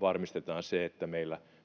Varmistetaan se, että meillä